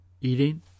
eating